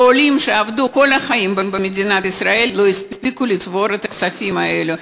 ועולים שעבדו כל החיים במדינת ישראל לא הספיקו לצבור את הכספים האלה.